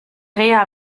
reha